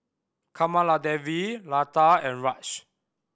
Kamaladevi Lata and Raj